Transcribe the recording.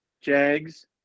Jags